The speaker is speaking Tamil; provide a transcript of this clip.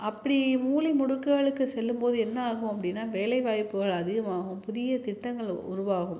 அப்படி மூலை முடுக்குகளுக்கு செல்லும் போது என்ன ஆகும் அப்படின்னா வேலைவாய்ப்புகள் அதிகமாகும் புதிய திட்டங்கள் உருவாகும்